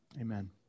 Amen